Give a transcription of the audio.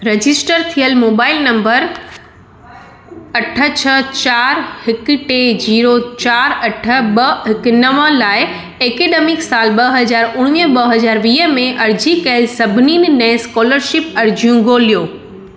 register थियलु mobile number अठ छह चार हिकु टे जीरो चार अठ ॿ हिकु नव लाइ ऐकडेमिक साल ॿ हज़ार उणिवीह ॿ हज़ार वीह में अर्ज़ी कयलु सभिनी नई स्कोलरशिप अर्ज़ियूं ॻोल्हियो